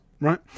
right